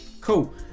cool